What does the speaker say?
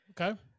Okay